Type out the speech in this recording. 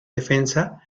defensa